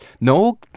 No